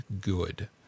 good